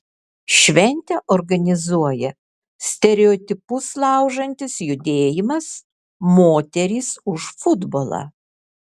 šventę organizuoja stereotipus laužantis judėjimas moterys už futbolą